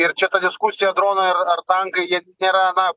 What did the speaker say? ir čia ta diskusija dronai ar tankai ji nėra na